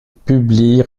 publie